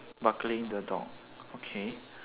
buckling the door okay